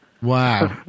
wow